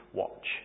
watch